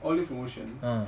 all day promotion